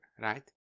right